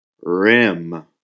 rim